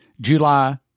July